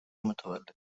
متولد